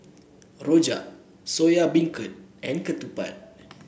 Rojak Soya Beancurd and Ketupat